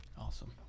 Awesome